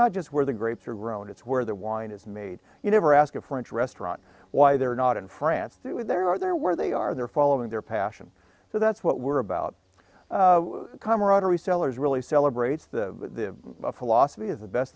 not just where the grapes are grown it's where the wine is made you never ask a french restaurant why they're not in france do it there are there where they are there following their passion so that's what we're about camaraderie sellers really celebrates the philosophy is the best